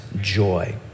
joy